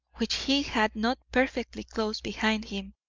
which he had not perfectly closed behind him,